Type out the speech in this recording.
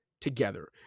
together